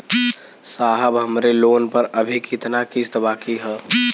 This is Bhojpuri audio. साहब हमरे लोन पर अभी कितना किस्त बाकी ह?